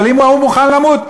אבל אם ההוא מוכן למות,